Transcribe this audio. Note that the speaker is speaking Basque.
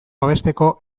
babesteko